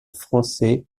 français